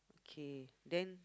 k then